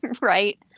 Right